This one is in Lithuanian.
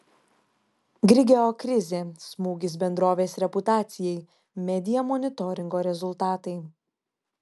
grigeo krizė smūgis bendrovės reputacijai media monitoringo rezultatai